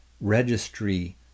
registry